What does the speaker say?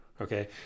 okay